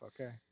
Okay